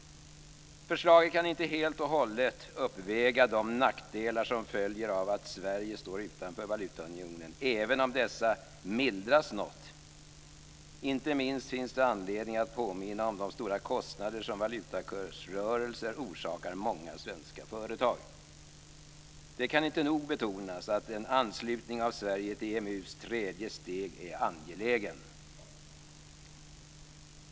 Förslaget kan inte helt och hållet uppväga de nackdelar som följer av att Sverige står utanför valutaunionen, även om dessa mildras något. Inte minst finns det anledning att påminna om de stora kostnader som valutakursrörelser orsakar många svenska företag. Det kan inte nog betonas att en anslutning av Sverige till EMU:s tredje steg är angelägen.